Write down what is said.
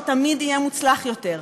שתמיד יהיה מוצלח יותר?